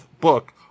book